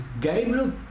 Gabriel